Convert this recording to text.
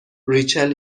ریچل